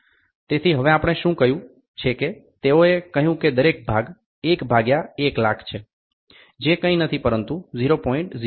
તેથી હવે આપણે શું કહ્યું છે કે તેઓએ કહ્યું કે દરેક ભાગ 1 ભાગ્યા 100000 છે જે કંઈ નથી પરંતુ 0